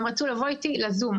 הם רצו לבוא איתי לזום.